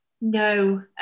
No